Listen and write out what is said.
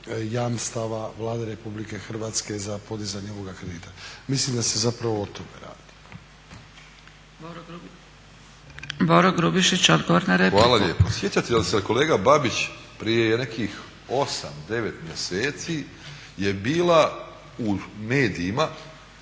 jamstava Vlade Republike Hrvatske za podizanje ovoga kredita. Mislim da se zapravo o tome radi. **Zgrebec, Dragica (SDP)** Boro Grubišić, odgovor na repliku. **Grubišić, Boro (HDSSB)** Hvala lijepa. Sjećate li se kolega Babić, prije nekih, 9 mjeseci je bila u medijima